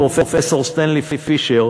פרופסור סטנלי פישר,